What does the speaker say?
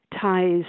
ties